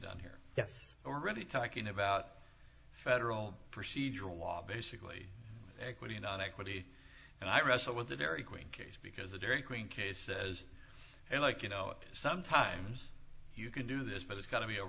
done here yes already talking about federal procedural law basically equity and on equity and i wrestle with the dairy queen case because the dairy queen case says and like you know sometimes you can do this but it's got to be a